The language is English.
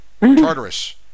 Tartarus